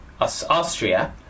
Austria